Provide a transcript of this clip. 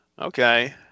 Okay